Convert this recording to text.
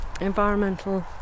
environmental